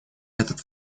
этот